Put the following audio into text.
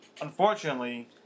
unfortunately